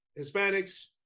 Hispanics